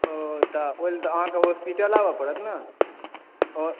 ओहि लए तऽ अहाँकेॅं हॉस्पिटल आबय पड़त ने